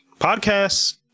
podcasts